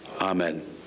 amen